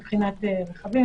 מבחינת רכבים,